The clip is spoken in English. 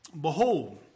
Behold